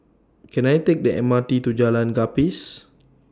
Can I Take The M R T to Jalan Gapis